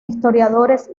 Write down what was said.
historiadores